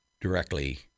directly